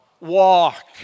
Walk